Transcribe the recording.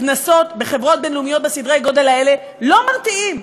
קנסות בחברות בין-לאומיות בסדרי הגודל האלה לא מרתיעים.